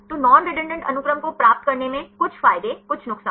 तो non redundant अनुक्रम को प्राप्त करने में कुछ फायदे कुछ नुकसान